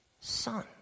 son